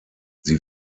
sie